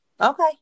Okay